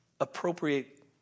appropriate